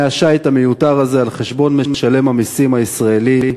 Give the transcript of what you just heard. ומהשיט המיותר הזה, על חשבון משלם המסים הישראלי,